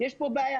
יש פה בעיה.